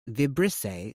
vibrissae